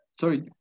Sorry